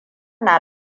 na